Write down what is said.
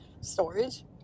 storage